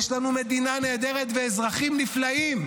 יש לנו מדינה נהדרת ואזרחים נפלאים,